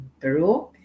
Peru